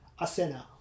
Asena